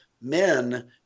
men